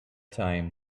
time